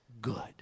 good